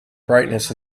brightness